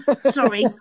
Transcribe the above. sorry